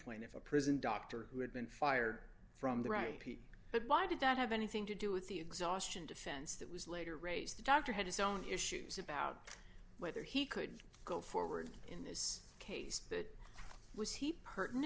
plane if a prison doctor who had been fired from the right people but why did that have anything to do with the exhaustion defense that was later raised the doctor had his own issues about whether he could go forward in this case that was he pertin